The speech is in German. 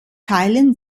teilen